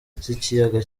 z’ikiyaga